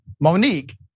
Monique